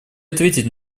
ответить